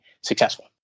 successful